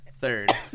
third